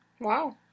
Wow